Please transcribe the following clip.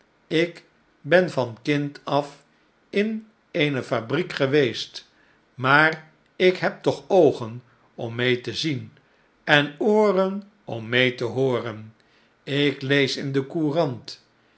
ik ben van kind af in eene fabriek geweest maar ik heb toch oogen om